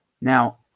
Now